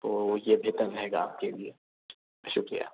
تو یہ بہتر رہے گا آپ کے لئے شُکریہ